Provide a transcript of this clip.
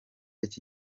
iki